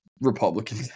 Republican